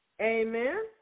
Amen